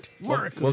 Work